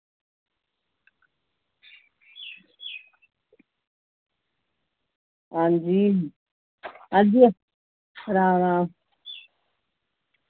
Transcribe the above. आं जी अ राम राम